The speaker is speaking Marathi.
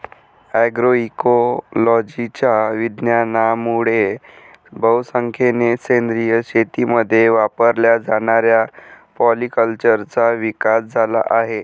अग्रोइकोलॉजीच्या विज्ञानामुळे बहुसंख्येने सेंद्रिय शेतीमध्ये वापरल्या जाणाऱ्या पॉलीकल्चरचा विकास झाला आहे